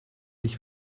nicht